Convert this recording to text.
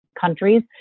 countries